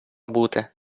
бути